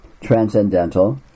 transcendental